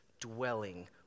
dwelling